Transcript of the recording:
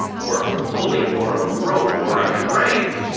or a pulley, or a rope, or a crank,